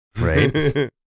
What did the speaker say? right